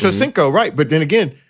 so sinco right. but then again,